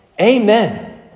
Amen